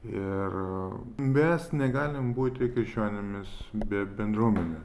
ir mes negalim būti krikščionimis be bendruomenė